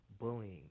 bullying